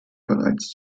bereits